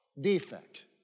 defect